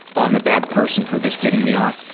um a bad person for this getting me off,